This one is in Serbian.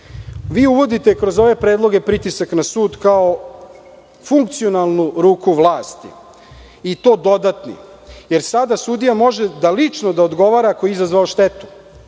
Vi uvodite kroz ove predloge pritisak na sud kao funkcionalnu ruku vlasti i to dodatni, jer sada sudija može da lično odgovara ako je izazvao štetu.